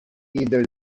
either